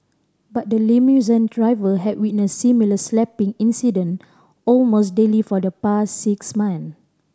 but the limousine driver had witness similar slapping incident almost daily for the past six months